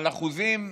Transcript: האחוזים,